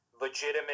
legitimate